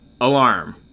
alarm